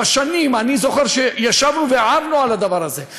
בשנים, אני זוכר שישבנו והערנו על הדבר הזה.